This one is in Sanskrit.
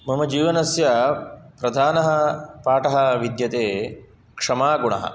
मम जीवनस्य प्रधानः पाठः विद्यते क्षमागुणः